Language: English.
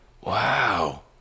Wow